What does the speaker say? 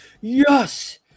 yes